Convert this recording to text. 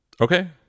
Okay